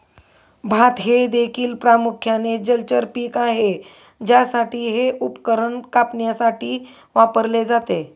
भात हे देखील प्रामुख्याने जलचर पीक आहे ज्यासाठी हे उपकरण कापण्यासाठी वापरले जाते